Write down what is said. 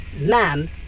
Ma'am